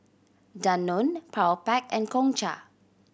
Danone Powerpac and Gongcha